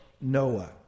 Noah